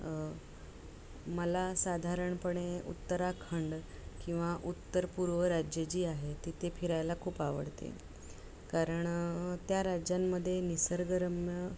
मला साधारणपणे उत्तराखंड किंवा उत्तर पूर्व राज्य जी आहे तिथे फिरायला खूप आवडते कारण त्या राज्यांमदे निसर्गरम्य